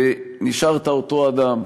ונשארת אותו אדם: